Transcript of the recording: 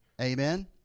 Amen